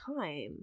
time